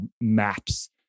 maps